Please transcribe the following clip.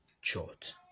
short